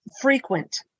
Frequent